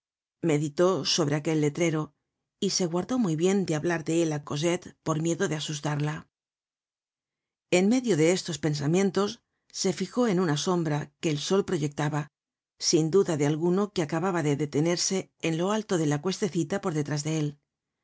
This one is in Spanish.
meditó sobre aquel letrero y se guardó muy bien de hablar de élá cosette por miedo de asustarla en medio de estos pensamientos se fijó en una sombra que el sol proyectaba sin duda de alguno que acababa de detenerse en lo alto de la cuestecita por detrás de él